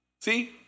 See